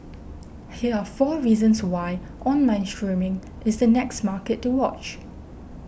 here are four reasons why online streaming is the next market to watch